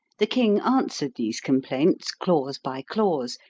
the king answered these complaints, clause by clause,